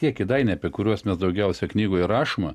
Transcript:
tie kėdainiai apie kuriuos daugiausiai knygoje rašoma